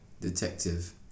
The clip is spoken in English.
Detective